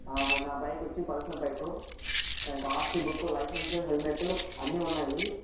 నా బైక్ వచ్చి Pulsar bike దానికి ఆర్సీ బుక్కు లైసెన్సు హెల్మెటు అన్నీ ఉన్నాయి